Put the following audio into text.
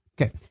Okay